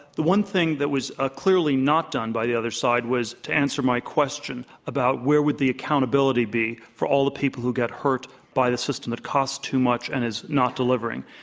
the one thing that was ah clearly not done by the other side was to answer my question about where would the accountability be for all the people who get hurt by the system that costs too much and is not delivering.